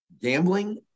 gambling